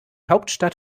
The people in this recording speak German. hauptstadt